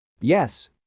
Yes